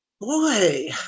Boy